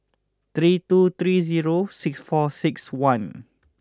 three two three zero six four six one